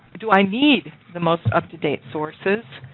do i need the most up to date sources?